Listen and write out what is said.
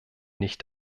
nicht